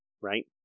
right